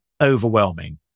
overwhelming